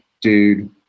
dude